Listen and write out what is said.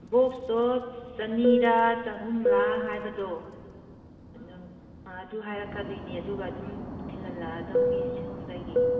ꯕꯣꯛꯁꯇꯣ ꯆꯅꯤꯔ ꯆꯍꯨꯝꯂꯥ ꯍꯥꯏꯕꯗꯣ ꯑꯗꯨ ꯑꯥ ꯑꯗꯨ ꯍꯥꯏꯔꯛꯀꯗꯣꯏꯅꯦ ꯑꯗꯨꯒ ꯑꯗꯨꯝ ꯊꯤꯜꯍꯜꯂꯛꯑꯗꯧꯅꯦ ꯁꯣꯝꯗꯒꯤ